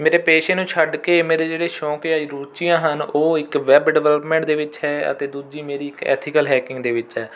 ਮੇਰੇ ਪੇਸ਼ੇ ਨੂੰ ਛੱਡ ਕੇ ਮੇਰੇ ਜਿਹੜੇ ਸ਼ੌਕ ਜਾਂ ਰੁੱਚੀਆਂ ਹਨ ਉਹ ਇੱਕ ਵੈੱਬ ਡਿਵਲੈਪਮੈਂਟ ਦੇ ਵਿੱਚ ਹੈ ਅਤੇ ਦੂਜੀ ਮੇਰੀ ਇੱਕ ਐਥੀਕਲ ਹੈਕਿੰਗ ਦੇ ਵਿੱਚ ਹੈ